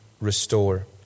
restore